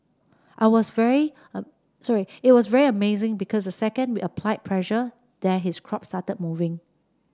I was very sorry it was very amazing because the second we applied pressure there his crop started moving